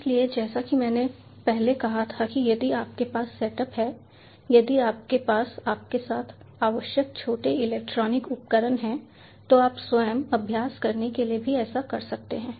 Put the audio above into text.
इसलिए जैसा कि मैंने पहले कहा था कि यदि आपके पास सेट अप है यदि आपके पास आपके साथ आवश्यक छोटे इलेक्ट्रॉनिक उपकरण हैं तो आप स्वयं अभ्यास करने के लिए भी ऐसा कर सकते हैं